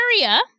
area